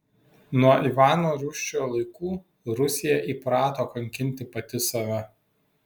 nuo ivano rūsčiojo laikų rusija įprato kankinti pati save